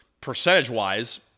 percentage-wise